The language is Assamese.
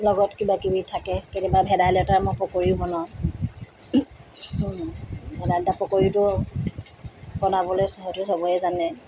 লগত কিবাকিবি থাকে কেতিয়াবা ভেদাইলতাৰ মই পকৰিও বনাওঁ ভেদাইলতা পকৰিটো বনাবলৈ হয়টো সবেই জানেই